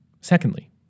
Secondly